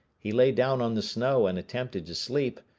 he lay down on the snow and attempted to sleep,